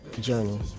journey